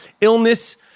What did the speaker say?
illness